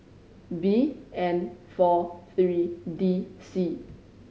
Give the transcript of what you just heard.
B N four three D C